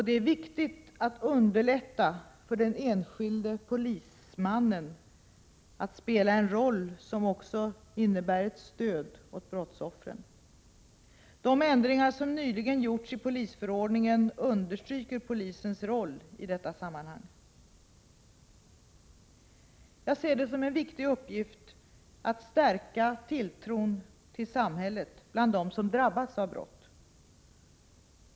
Det är viktigt att underlätta för den enskilde polismannen att spela en roll som också innebär ett stöd för brottsoffren. De ändringar som nyligen gjorts i polisförordningen understryker polisens roll i detta sammanhang. Jag ser det som en viktig uppgift att stärka tilltron till samhället bland dem som drabbats av brott.